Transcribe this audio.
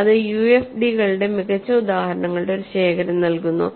അത് യുഎഫ്ഡികളുടെ മികച്ച ഉദാഹരണങ്ങളുടെ ഒരു ശേഖരം നൽകുന്നു